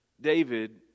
David